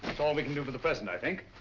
it's all we can do for the present i think.